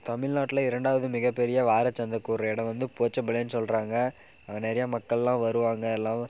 தமிழ்நாட்டில் இரண்டாவது மிகப்பெரிய வாரச் சந்தை கூடுற எடம் வந்து போச்சம்பள்ளின்னு சொல்கிறாங்க அங்கே நிறையா மக்கள்லாம் வருவாங்க எல்லாம்